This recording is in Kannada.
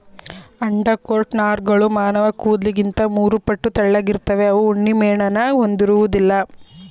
ಅಂಡರ್ಕೋಟ್ ನಾರ್ಗಳು ಮಾನವಕೂದ್ಲಿಗಿಂತ ಮೂರುಪಟ್ಟು ತೆಳ್ಳಗಿರ್ತವೆ ಅವು ಉಣ್ಣೆಮೇಣನ ಹೊಂದಿರೋದಿಲ್ಲ